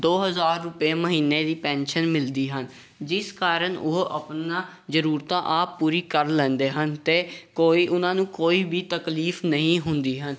ਦੋ ਹਜ਼ਾਰ ਰੁਪਏ ਮਹੀਨੇ ਦੀ ਪੈਨਸ਼ਨ ਮਿਲਦੀ ਹਨ ਜਿਸ ਕਾਰਨ ਉਹ ਆਪਣਾ ਜਰੂਰਤਾਂ ਆਪ ਪੂਰੀ ਕਰ ਲੈਂਦੇ ਹਨ ਅਤੇ ਕੋਈ ਉਹਨਾਂ ਨੂੰ ਕੋਈ ਵੀ ਤਕਲੀਫ ਨਹੀਂ ਹੁੰਦੀ ਹਨ